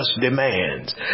demands